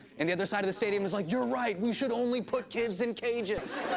and the other side of the stadium is like, you're right. we should only put kids in cages.